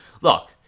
look